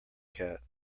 cat